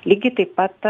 lygiai taip pat